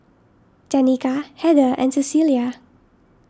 Danika Heather and Cecilia